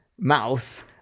mouse